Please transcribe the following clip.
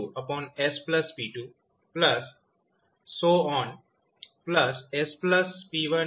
sp1knspn બને છે